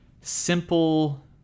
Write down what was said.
simple